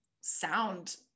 sound